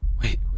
Wait